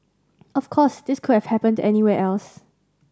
of course this could have happened anywhere else